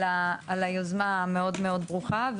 על היוזמה המאוד מאוד ברוכה,